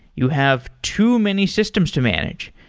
you have too many systems to manage.